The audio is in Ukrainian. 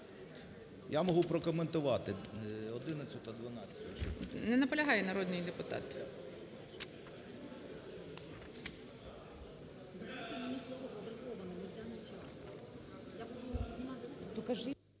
Я можу прокоментувати. ГОЛОВУЮЧИЙ. Не наполягає народний депутат.